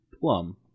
plum